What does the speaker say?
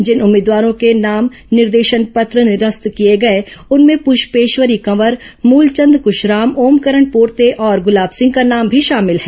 जिन उम्मीदवारों के नाम निर्देशन पत्र निरस्त किए गए उनमें पृष्पेश्वरी कवर मूलचंद क्शराम ओमकरन पोर्ते और गुलाब सिंह का नाम भी शामिल हैं